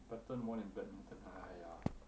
pattern more than badminton !aiya!